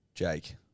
Jake